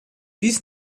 bis